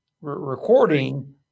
recording